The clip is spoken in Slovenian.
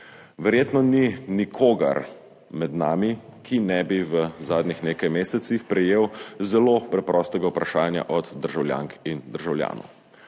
Verjetno ni med nami nikogar, ki ne bi v zadnjih nekaj mesecih prejel zelo preprostega vprašanja od državljank in državljanov.